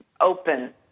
open